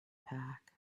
pack